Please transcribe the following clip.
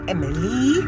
Emily